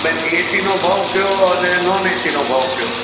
બેન એસીનો ભાવ ક્યો અને નોન એસીનો ભાવ ક્યો